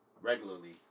regularly